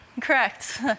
correct